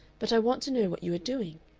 but i want to know what you are doing.